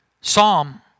Psalm